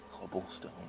cobblestone